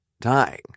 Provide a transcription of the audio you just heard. dying